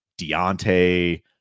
Deontay